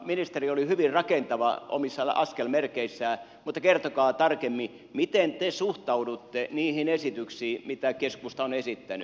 ministeri oli hyvin rakentava omissa askelmerkeissään mutta kertokaa tarkemmin miten te suhtaudutte niihin esityksiin mitä keskusta on esittänyt